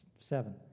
seven